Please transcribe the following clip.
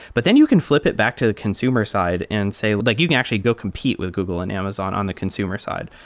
but then you can flip it back to the consumer side and say like you can actually go compete with google and amazon on the consumer side.